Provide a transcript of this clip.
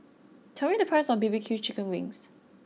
tell me the price of B B Q Chicken Wings